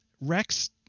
Rex